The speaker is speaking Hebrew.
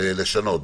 לשנות,